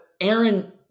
Aaron